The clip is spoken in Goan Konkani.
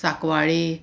साकवाळें